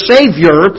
Savior